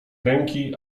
ręki